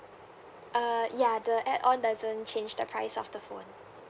uh ya the add on doesn't change the price of the phone